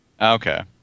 Okay